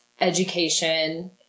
education